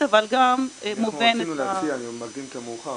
אבל גם מובנת ל --- אני מקדים את המאוחר,